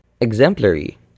exemplary